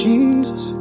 Jesus